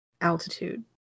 altitude